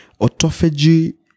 Autophagy